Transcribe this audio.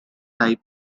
type